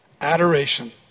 adoration